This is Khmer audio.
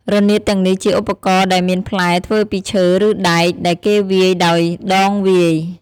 រនាតទាំងនេះជាឧបករណ៍ដែលមានផ្លែធ្វើពីឈើ ឬដែក ដែលគេវាយដោយដងវាយ។